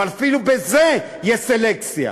אבל אפילו בזה יש סלקציה.